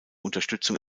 unterstützung